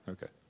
Okay